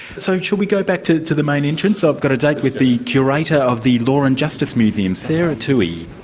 so shall we go back to to the main entrance? i've got a date with the curator of the law and justice museum, sarah toohey.